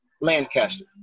Lancaster